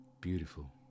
beautiful